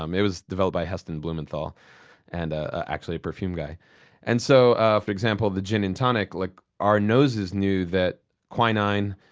um it was developed by heston blumenthal and ah actually a perfume guy and so ah for example, the gin and tonic, like our noses knew that quinine,